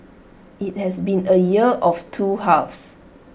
IT has been A year of two halves